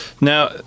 Now